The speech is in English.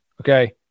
Okay